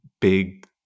big